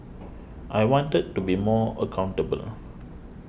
I wanted to be more accountable